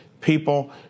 people